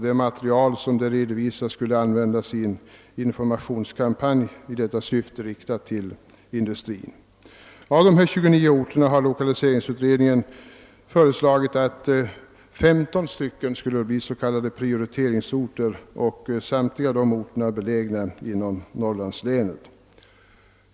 Det material som redovisades skulle användas i en informationskampanj i detta syfte, bl.a. riktad till industrin. Lokaliseringsutredningen har föreslagit att 15 av dessa 29 orter skulle bli prioriteringsorter, och de är samtliga belägna inom Norrlandslänen.